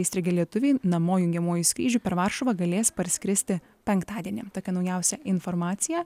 įstrigę lietuviai namo jungiamuoju skrydžiu per varšuvą galės parskristi penktadienį tokia naujausia informacija